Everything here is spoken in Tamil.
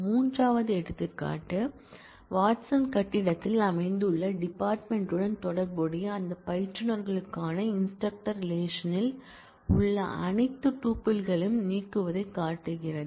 மூன்றாவது எடுத்துக்காட்டு வாட்சன் கட்டிடத்தில் அமைந்துள்ள டிபார்ட்மென்ட் யுடன் தொடர்புடைய அந்த பயிற்றுநர்களுக்கான இன்ஸ்டிரக்டர்ரிலேஷன்ல் உள்ள அனைத்து டூப்பிள்களையும் நீக்குவதைக் காட்டுகிறது